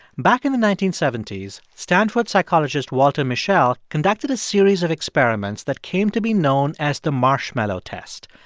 back in the nineteen seventy s, stanford psychologist walter mischel conducted a series of experiments that came to be known as the marshmallow test.